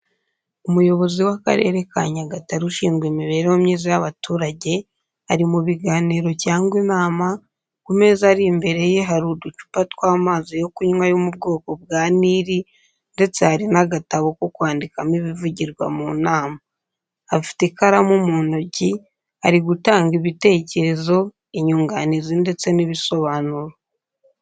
Umuyobozi w'Akarere ka Nyagatare ushinzwe imibereho myiza y'abaturage ari mu biganiro cyangwa inama, ku meza ari imbere ye hari uducupa tw’amazi yo kunywa yo mu bwoko kwa Nili ndetse hari n’agatabo ko kwandikamo ibivugirwa mu nama. Afite ikaramu mu ntoki, ari gutanga ibitekerezo, inyunganizi ndetse n’ibisobanuro.